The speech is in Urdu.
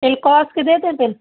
ایلکوس کے دے دیں پین